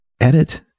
edit